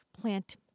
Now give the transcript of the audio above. plant